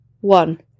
one